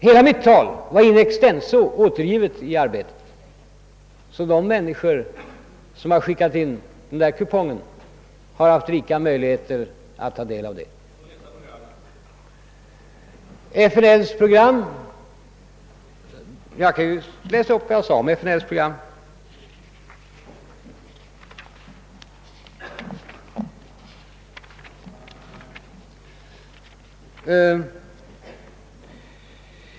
Hela mitt tal var in extenso återgivet i Arbetet, så de människor som skickade in kupongen har haft rika möjligheter att ta del av det. Jag kan läsa upp vad jag sade om FNL:s program.